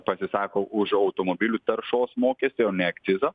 pasisako už automobilių taršos mokestį o ne akcizą